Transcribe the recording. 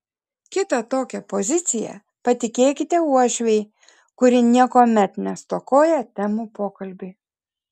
kitą tokią poziciją patikėkite uošvei kuri niekuomet nestokoja temų pokalbiui